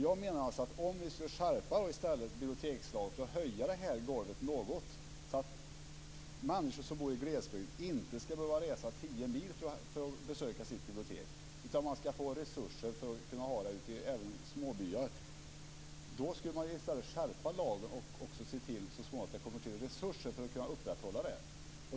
Jag menar att vi i stället skulle skärpa bibliotekslagen för att höja detta golv något, så att människor som bor i glesbygd inte ska behöva resa tio mil för att besöka sitt bibliotek, utan man skulle få resurser för att kunna ha bibliotek även ute i småbyar. Man skulle i stället skärpa lagen och också så småningom se till att det kommer till resurser så att detta kan upprätthållas.